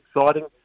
exciting